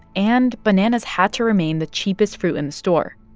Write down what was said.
and bananas had to remain the cheapest fruit in the store.